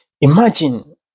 Imagine